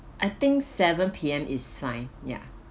I think seven P_M is fine ya